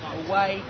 away